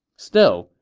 still,